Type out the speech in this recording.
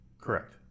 correct